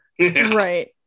right